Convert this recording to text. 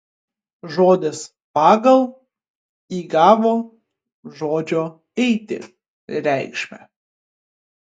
žodis pagal įgavo žodžio eiti reikšmę